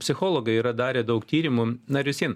psichologai yra darę daug tyrimų na ir vis vien